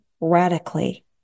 radically